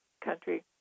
country